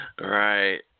Right